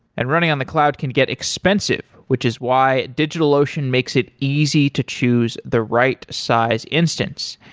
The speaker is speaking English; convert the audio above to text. and running on the cloud can get expensive, which is why digitalocean makes it easy to choose the right size instance.